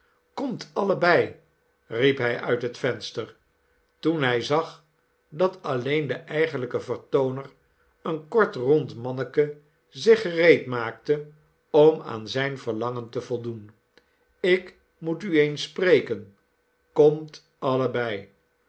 komt allebeil riep hij uit het venster toen hij zag dat alleen de eigenlijke vertooner een kort rond manneke zich gereed maakte om aan zijn verlangen te voldoen ik moet u eens spreken komt